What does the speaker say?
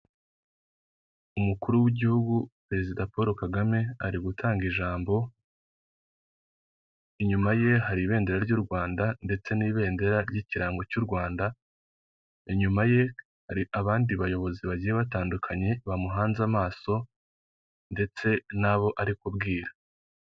Umukuru w'igihugu perezida Paul Kagame ari gutanga ijambo, inyuma ye hari ibendera ry'u Rwanda ndetse n'ibendera ry'ikirango cy'u Rwanda, inyuma ye hari abandi bayobozi bagiye batandukanye bamuhanze amaso ndetse n'abo ari kubwira.